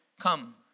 come